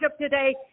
today